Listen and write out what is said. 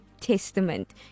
Testament